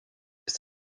ist